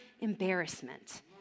embarrassment